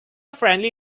friendly